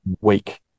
week